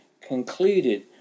concluded